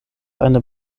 eine